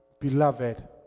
Beloved